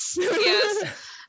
Yes